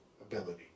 ability